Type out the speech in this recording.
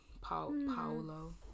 Paulo